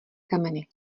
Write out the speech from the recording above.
kameny